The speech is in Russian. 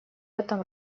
этом